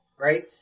right